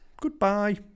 goodbye